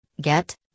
get